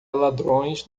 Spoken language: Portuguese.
ladrões